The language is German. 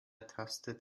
tastet